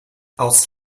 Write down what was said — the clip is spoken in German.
aus